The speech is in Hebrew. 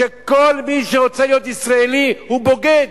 שכל מי שרוצה להיות ישראלי הוא בוגד.